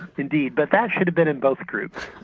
indeed, but that should have been in both groups.